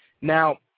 Now